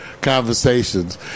conversations